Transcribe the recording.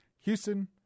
Houston